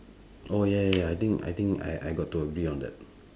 oh ya ya ya I think I think I I got to agree on that